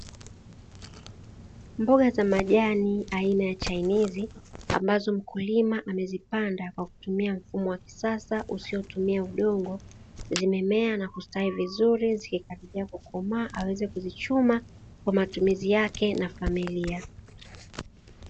Mboga za majani aina ya chainizi ambazo mkulima amezipanda kwa kutumia mfumo wa kisasa usiotumia udongo, zimemea na kustawi vizuri zikikaribia kukomaa aweze kuzichuma kwa matumizi yake na familia.